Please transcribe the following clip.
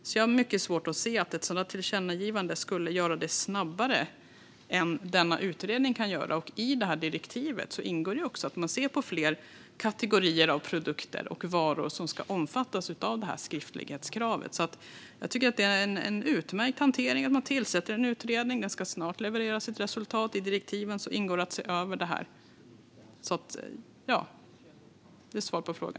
Jag har därför mycket svårt att se att ett sådant tillkännagivande skulle göra att det går snabbare än denna utredning kan göra. I direktivet ingår också att se på fler kategorier av produkter och varor som ska omfattas av skriftlighetskravet. Jag tycker alltså att det är en utmärkt hantering. Man tillsätter en utredning, och den ska snart leverera sitt resultat. I direktiven ingår att se över detta. Det är svar på frågan.